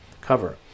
cover